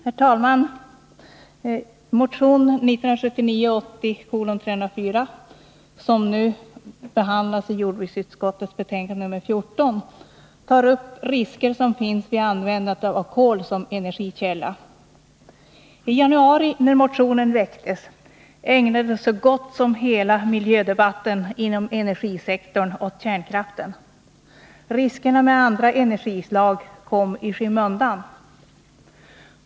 Herr talman! Motion 1979/80:304, som behandlas i jordbruksutskottets betänkande nr 14, tar upp risker som finns vid användande av kol som energikälla. I januari, när motionen väcktes, ägnades så gott som hela miljödebatten inom energisektorn åt kärnkraften. Riskerna med andra energislag kom i skymundan.